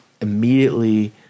immediately